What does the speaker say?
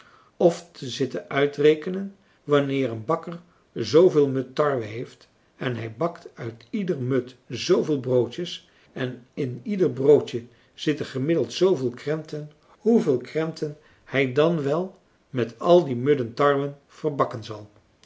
of te zitten uitrekenen wanneer een bakker zooveel mud tarwe heeft en hij bakt uit ieder mud zooveel broodjes en in ieder broodje zitten gemiddeld zooveel krenten hoeveel krenten hij dan wel met al die mudden tarwe verbakken zal